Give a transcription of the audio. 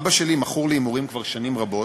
אבא שלי מכור להימורים כבר שנים רבות.